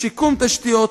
שיקום תשתיות,